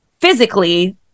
physically